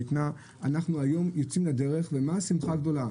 היום אנחנו יוצאים לדרך, ועל מה השמחה הגדולה?